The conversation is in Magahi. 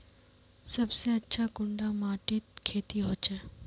सबसे अच्छा कुंडा माटित खेती होचे?